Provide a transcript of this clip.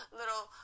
little